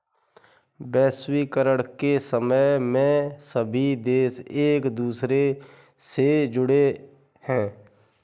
वैश्वीकरण के समय में सभी देश एक दूसरे से जुड़े है